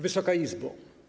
Wysoka Izbo!